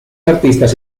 artistas